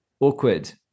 awkward